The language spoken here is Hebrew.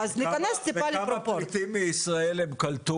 במקום לפנות לקונסוליה בחו"ל, פונים כאן